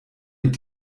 mit